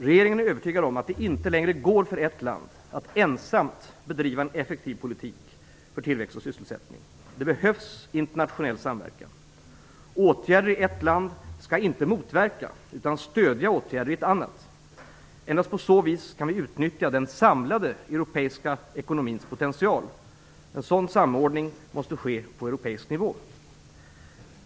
Regeringen är övertygad om att det inte längre går för ett land att ensamt bedriva en effektiv politik för tillväxt och sysselsättning. Det behövs internationell samverkan. Åtgärder i ett land skall inte motverka utan stödja åtgärder i ett annat. Endast på så vis kan vi utnyttja den samlade europeiska ekonomins potential. En sådan samordning måste ske på europeisk nivå.